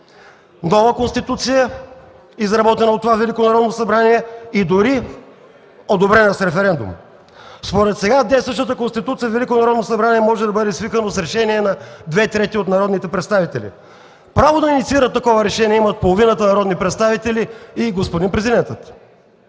Нова Конституция, изработена от това Велико Народно събрание, и дори одобрена с референдум. Според сега действащата Конституция, Велико Народно събрание може да бъде свикано с решение на две трети от народните представители. Право да инициират такова решение имат половината народни представители и господин президентът.